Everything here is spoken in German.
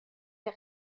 der